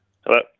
Hello